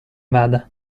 vada